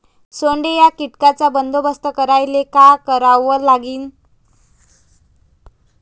सोंडे या कीटकांचा बंदोबस्त करायले का करावं लागीन?